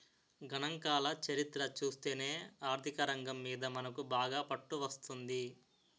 గణాంకాల చరిత్ర చూస్తేనే ఆర్థికరంగం మీద మనకు బాగా పట్టు వస్తుంది